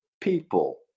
people